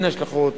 אין השלכות,